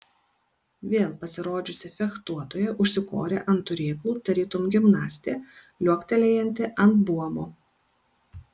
vėl pasirodžiusi fechtuotoja užsikorė ant turėklų tarytum gimnastė liuoktelėjanti ant buomo